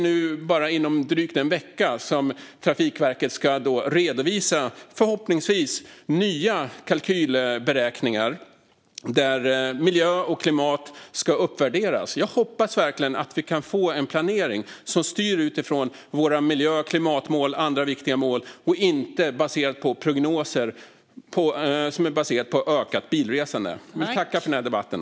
Om bara drygt en vecka ska Trafikverket förhoppningsvis redovisa nya kalkyler, där miljö och klimat uppvärderas. Jag hoppas verkligen att vi kan få en planering som styr utifrån våra miljö och klimatmål och andra viktiga mål i stället för att baseras på prognoser utifrån ökat bilresande. Jag tackar för den här debatten.